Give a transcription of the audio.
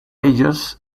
ellos